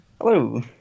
Hello